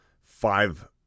five